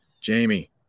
jamie